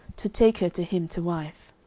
to take her to him to wife.